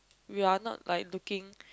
we're not like looking